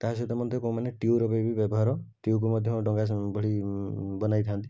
ତା' ସହିତ ମଧ୍ୟ କେଉଁମାନେ ଟ୍ୟୁବ୍ର ବି ବ୍ୟବହାର ଟ୍ୟୁବ୍କୁ ମଧ୍ୟ ଡ଼ଙ୍ଗା ସ ଭଳି ବନାଇଥାନ୍ତି